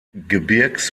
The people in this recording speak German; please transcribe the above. gebirgs